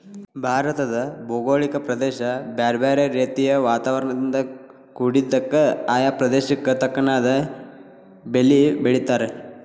ಭಾರತದ ಭೌಗೋಳಿಕ ಪ್ರದೇಶ ಬ್ಯಾರ್ಬ್ಯಾರೇ ರೇತಿಯ ವಾತಾವರಣದಿಂದ ಕುಡಿದ್ದಕ, ಆಯಾ ಪ್ರದೇಶಕ್ಕ ತಕ್ಕನಾದ ಬೇಲಿ ಬೆಳೇತಾರ